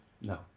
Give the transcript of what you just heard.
No